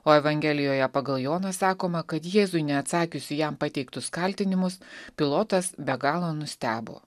o evangelijoje pagal joną sakoma kad jėzui neatsakius į jam pateiktus kaltinimus pilotas be galo nustebo